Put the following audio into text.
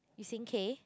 you sing K